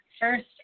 First